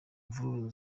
mvururu